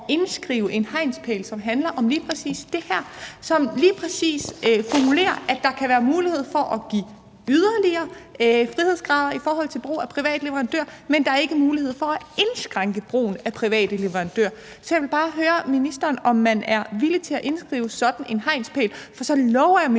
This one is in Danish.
indskrive en hegnspæl, som handler om lige præcis det her, hvor man lige præcis formulerer, at der kan være mulighed for at give yderligere frihedsgrader i forhold til brug af private leverandører, men ikke mulighed for at indskrænke brugen af private leverandører. Så jeg vil bare høre ministeren, om man er villig til at indskrive sådan en hegnspæl. For så lover jeg ministeren,